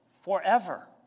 forever